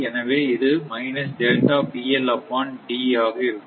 எனவே இது minus delta pl அப்பான் d ஆக இருக்கும்